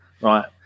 Right